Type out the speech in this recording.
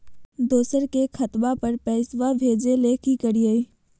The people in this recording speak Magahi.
दोसर के खतवा पर पैसवा भेजे ले कि करिए?